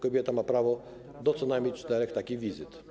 Kobieta ma prawo do co najmniej czterech takich wizyt.